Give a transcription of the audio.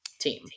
team